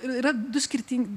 ir yra du skirtingi